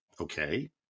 okay